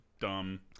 dumb